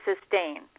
sustain